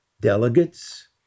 Delegates